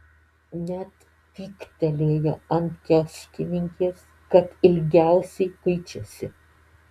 net pyktelėjo ant kioskininkės kad ilgiausiai kuičiasi